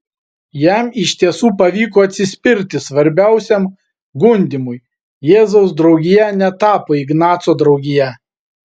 jam iš tiesų pavyko atsispirti svarbiausiam gundymui jėzaus draugija netapo ignaco draugija